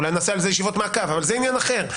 אולי נעשה על זה ישיבות מעקב, אבל זה עניין אחר.